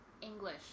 English